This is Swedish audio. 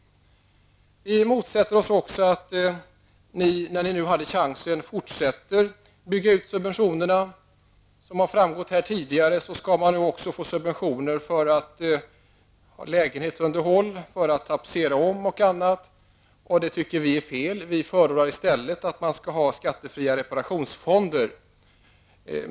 Vi motsätter oss att ni nu, när ni hade chansen att göra på annat sätt, fortsätter att öka subventionerna. Av vad som har framgått tidigare i debatten, skall man nu få subventioner för lägenhetsunderhåll till att tapetsera om och annat. Det tycker vi är fel. Vi föredrar i stället att man skall ha skattefria reparationsfonder.